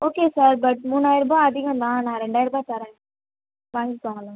okay sir but மூணாயிரருபா அதிகோம் தான் நான் ரெண்டாயரருபா தரேன் வாங்கிக்கோங்களேன்